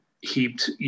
heaped